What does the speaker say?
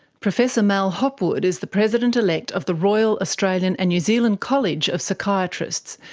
professor mal hopwood is the president elect of the royal australian and new zealand college of psychiatrists,